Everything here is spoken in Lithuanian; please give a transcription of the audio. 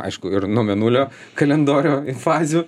aišku ir nuo mėnulio kalendoriuj fazių